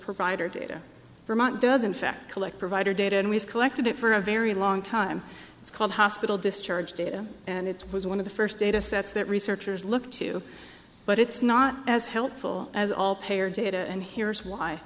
provider data vermont does in fact collect provider data and we've collected it for a very long time it's called hospital discharge data and it was one of the first data sets that researchers looked to but it's not as helpful as all payer data and here's why